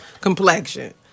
complexion